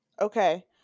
Okay